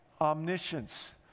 omniscience